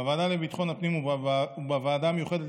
בוועדה לביטחון הפנים ובוועדה המיוחדת